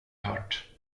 hört